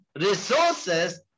resources